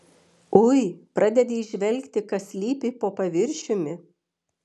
ui pradedi įžvelgti kas slypi po paviršiumi